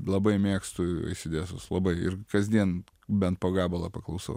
labai mėgstu eisidesus labai ir kasdien bent po gabalą paklausu